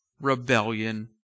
rebellion